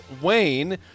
Wayne